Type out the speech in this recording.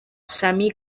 sammy